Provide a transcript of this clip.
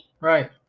right